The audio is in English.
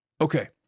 Okay